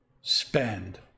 spend